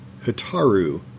Hitaru